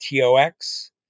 TOX